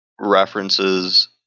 references